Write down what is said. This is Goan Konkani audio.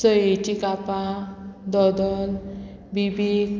सोयेचीं कापां दोदन बिबीक